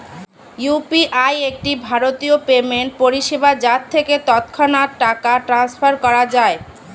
UPI একটি ভারতীয় payment পরিষেবা যার থেকে তৎক্ষণাৎ টাকা ট্রান্সফার করা যায়